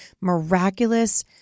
miraculous